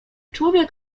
człowiek